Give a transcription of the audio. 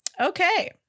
Okay